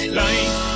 life